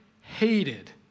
hated